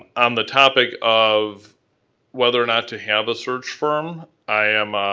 on the topic of whether or not to have a search firm, i am